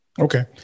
Okay